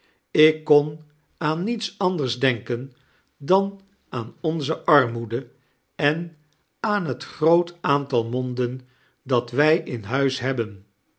ik kon aan niets anders denken dan aan onze armoede en aan het groot aantal monden dat wij in huis hebben